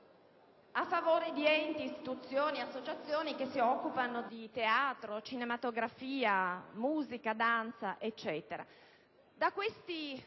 a favore di enti, istituzioni, associazioni che si occupano di teatro, cinematografia, musica, danza e così